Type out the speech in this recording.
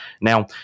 Now